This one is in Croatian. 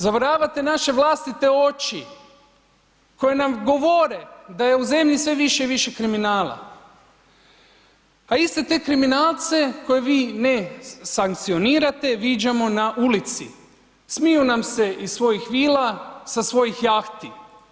Zavaravate naše vlastite oči koje nam govore da je u zemlji sve više i više kriminala a iste te kriminalce koje vi ne sankcionirate viđamo na ulici, smiju nam se iz svojih vila, sa svojih jahti.